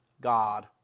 God